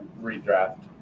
redraft